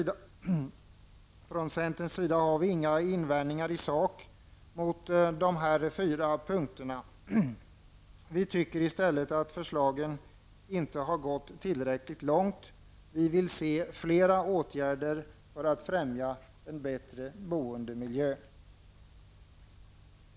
Från centerns sida har vi inga invändningar i sak mot dessa fyra punkter. Vi tycker i stället att förslagen inte gått tillräckligt långt. Vi vill se fler åtgärder med syfte att främja en bättre boendemiljö.